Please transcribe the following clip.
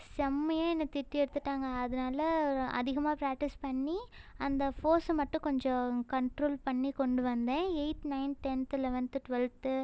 செம்மையா என்னை திட்டி எடுத்துட்டாங்க அதனால அதிகமாக பிராக்டிஸ் பண்ணி அந்த ஃபோர்ஸை மட்டும் கொஞ்சம் கண்ட்ரோல் பண்ணி கொண்டு வந்தேன் eighth ninth tenth eleventh twelfth